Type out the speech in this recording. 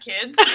kids